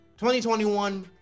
2021